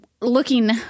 looking